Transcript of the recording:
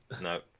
No